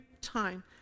time